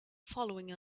following